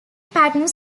pattern